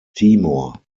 timor